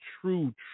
true